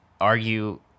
argue